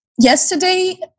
yesterday